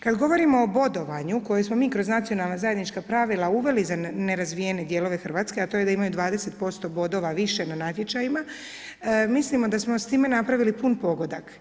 Kada govorimo o bodovanju koje smo mi kroz nacionalna zajednička pravila uveli za nerazvijene dijelove Hrvatske, a to je da imaju 20% bodova više na natječajima, mislimo da smo s time napravili pun pogodak.